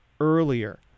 earlier